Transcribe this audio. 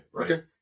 okay